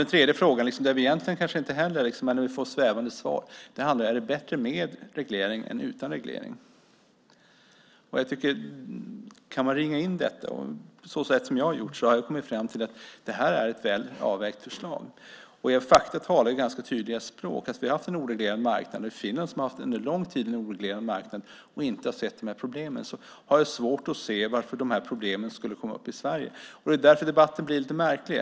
Den tredje frågan får ett svävande svar att det är bättre med reglering än utan reglering. Man kan ringa in det på det sätt som jag har gjort. Jag har kommit fram till att det är ett väl avvägt förslag. Fakta talar sitt tydliga språk. Man har under långt tid haft en oreglerad marknad i Finland och inte haft de här problemen. Jag har svårt att se varför de problemen skulle uppkomma i Sverige. Det är därför debatten blir lite märklig.